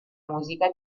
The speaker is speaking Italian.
musica